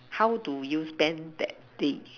how do you spend that day